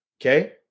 okay